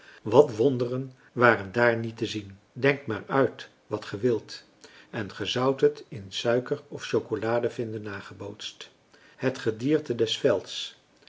wat wonderen waren daar niet te zien denkt maar uit wat ge wilt en ge zoudt het in suiker of chocolade vinden nagebootst het gedierte des velds